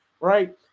right